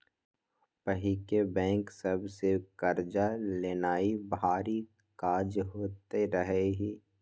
पहिके बैंक सभ से कर्जा लेनाइ भारी काज होइत रहइ